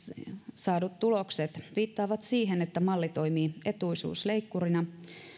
saadut tulokset viittaavat siihen että malli toimii etuisuusleikkurina